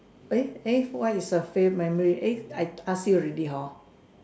eh eh what is a memory eh I ask you already hor